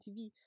tv